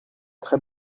très